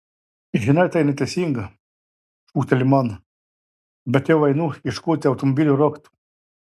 žinai tai neteisinga šūkteli man bet jau einu ieškoti automobilio raktų